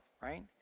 right